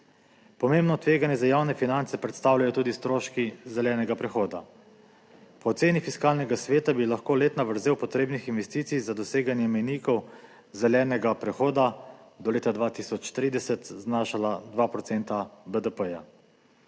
Pomembno tveganje za javne finance predstavljajo tudi stroški zelenega prehoda. Po oceni Fiskalnega sveta bi lahko letna vrzel potrebnih investicij za doseganje mejnikov zelenega prehoda do leta 2030 znašala 2 % BDP.